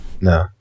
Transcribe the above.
No